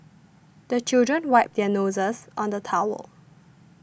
the children wipe their noses on the towel